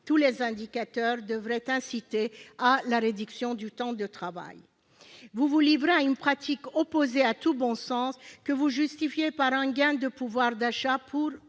tous les indicateurs devraient inciter à la réduction du temps de travail. Vous vous livrez à une pratique opposée à tout bon sens, que vous justifiez par un gain de pouvoir d'achat pour